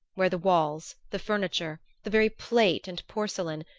where the walls, the furniture, the very plate and porcelain,